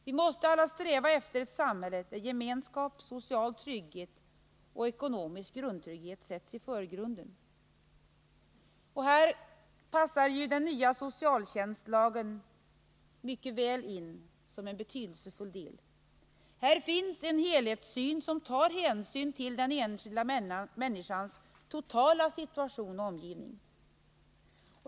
Vi måste alla sträva efter ett samhälle där gemenskap, social trygghet och ekonomisk grundtrygghet sätts i förgrunden. Här passar den nya socialtjänstlagen mycket väl in som en betydelsefull del. I den finns en helhetssyn som tar hänsyn till den enskilda människans totala situation och omgivning.